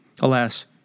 Alas